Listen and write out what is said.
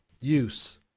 use